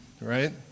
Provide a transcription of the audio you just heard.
right